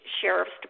sheriffs